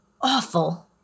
awful